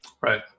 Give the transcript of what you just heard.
Right